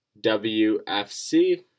WFC